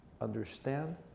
understand